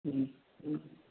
हँ हँ